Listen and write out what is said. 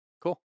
cool